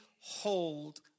hold